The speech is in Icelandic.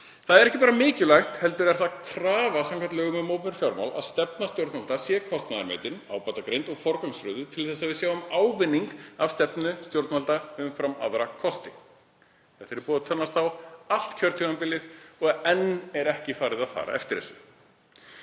Það er ekki bara mikilvægt, heldur er það krafa samkvæmt lögum um opinber fjármál að stefna stjórnvalda sé kostnaðarmetin, ábatagreind og forgangsröðuð til að við sjáum ávinning af stefnu stjórnvalda umfram aðra kosti. Búið er að tönnlast á þessu allt kjörtímabilið og enn er ekki farið að fara eftir þessu.